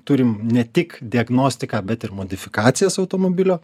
turim ne tik diagnostiką bet ir modifikacijas automobilio